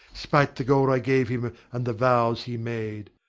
spite the gold i gave him, and the vows he made.